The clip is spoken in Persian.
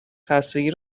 خستگی